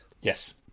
Yes